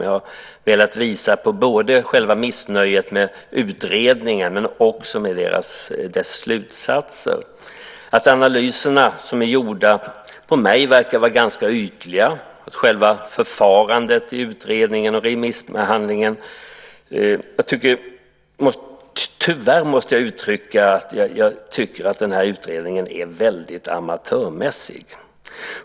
Jag har velat visa mitt missnöje både med själva utredningen och med dess slutsatser. På mig verkar det som om de analyser som gjorts är ganska ytliga. Tyvärr måste jag säga att jag tycker att förfarandet i utredningen och remissbehandlingen är väldigt amatörmässigt.